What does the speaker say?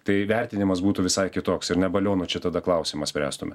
tai vertinimas būtų visai kitoks ir ne balionų čia tada klausimą spręstume